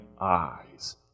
eyes